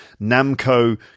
Namco